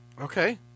Okay